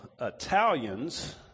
Italians